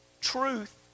truth